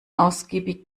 ausgiebig